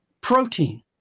protein